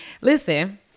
Listen